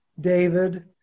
David